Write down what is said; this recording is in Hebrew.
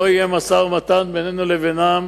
לא יהיה משא-ומתן בינינו לבינם